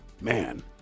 man